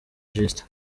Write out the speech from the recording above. justin